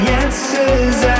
answers